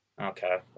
Okay